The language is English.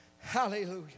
Hallelujah